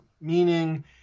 meaning